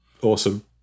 Awesome